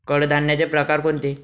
कडधान्याचे प्रकार कोणते?